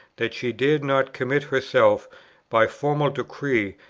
that she dared not commit herself by formal decree,